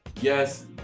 yes